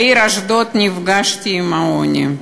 בעיר אשדוד, נפגשתי עם העוני.